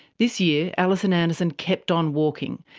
this year, alison anderson kept on walking,